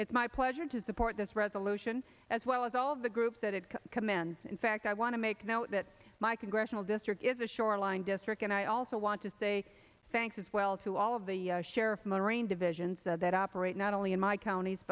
it's my pleasure to support this resolution as well as all of the groups that it commands in fact i want to make now that my congressional district is a shoreline district and i also want to say thanks as well to all of the sheriff marine divisions that operate not only in my counties